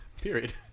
Period